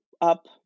up